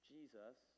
Jesus